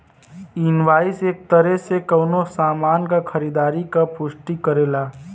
invoice एक तरे से कउनो सामान क खरीदारी क पुष्टि करेला